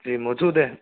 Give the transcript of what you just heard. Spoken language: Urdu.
جی موجود ہے